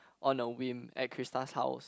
on a whim at Christa's house